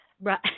Right